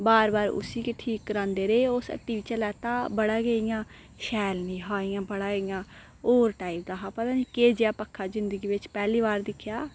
दे बार बार उस्सी गै ठीक करांदे रेह् उस हट्टी चा लैता हा बडा गै इ'यां शैल नेईं हा इ'यां बडा इ'यां होर टाइप दा हा पता नेईं की जे जेहा पक्खा जिन्दगी च पैह्ली बार दिक्खेआ